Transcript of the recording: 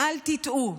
אל תטעו,